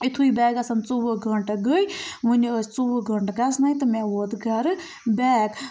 یُِتھُے بیگسن ژوٚوُہ گنٛٹہٕ گٔے وُنہِ ٲسۍ ژوٚوُہ گنٛٹہٕ گَژھنَے تہٕ مےٚ ووت گَرٕ بیگ